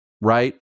right